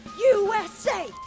USA